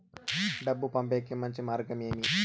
డబ్బు పంపేకి మంచి మార్గం ఏమి